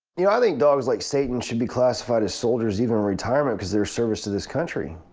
you know, i think dogs like satan should be classified as soldiers even in retirement because their service to this country.